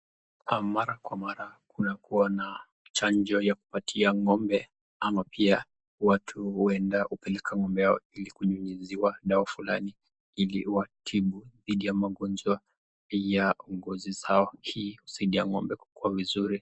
Mara kwa mara kunakuwa na chanjo ya kupatia ngombe ama pia watu hupeleka ngombe yao ili kunyunyuziwa dawa fulani ili watibu dhidi ya magonjwa ya ngozi zao hii husaidia ngombe kukuwa vizuri.